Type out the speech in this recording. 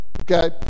okay